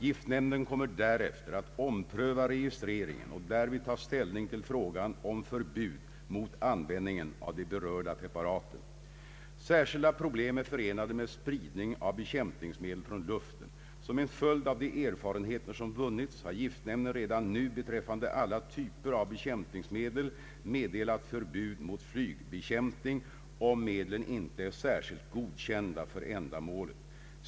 Giftnämnden kommer därefter att ompröva registreringen och därvid ta ställning till frågan om förbud mot användningen av de berörda preparaten. Särskilda problem är förenade med spridning av bekämpningsmedel från luften. Som en följd av de erfarenheter som vunnits har giftnämnden redan nu beträffande alla typer av bekämpningsmedel meddelat förbud mot flygbekämpning, om medlen inte är särskilt godkända för ändamålet.